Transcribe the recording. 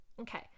Okay